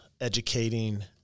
educating